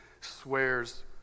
swears